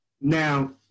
Now